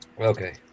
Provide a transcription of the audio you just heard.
Okay